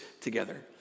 together